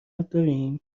داریم